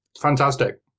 fantastic